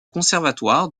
conservatoire